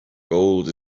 gold